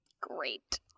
great